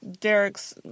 Derek's